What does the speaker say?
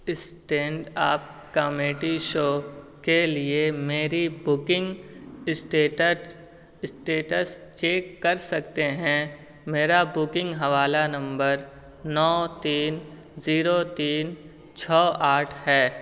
stand up comedy show کے لیے میری بکنگ اسٹیٹچ اسٹیٹس چیک کر سکتے ہیں میرا بکنگ حوالہ نمبر نو تین زیرو تین چھ آٹھ ہے